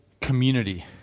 community